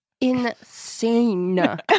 Insane